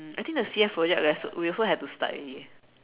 um I think the C_F project we also have to start already eh